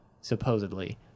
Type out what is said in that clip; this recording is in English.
supposedly